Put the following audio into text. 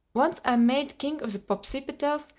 once i'm made king of the popsipetels,